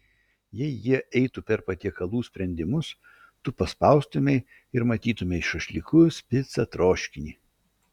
jei jie eitų per patiekalų sprendimus tu paspaustumei ir matytumei šašlykus picą troškinį